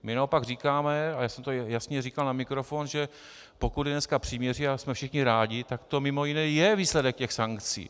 My naopak říkáme, a já jsem to jasně říkal na mikrofon, že pokud je dneska příměří, a jsme všichni rádi, tak to mimo jiné je výsledek těch sankcí.